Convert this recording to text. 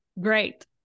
great